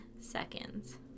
seconds